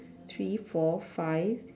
three four five